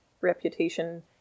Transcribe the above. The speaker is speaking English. reputation